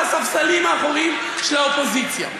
לספסלים האחוריים של האופוזיציה.